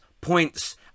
points